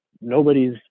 Nobody's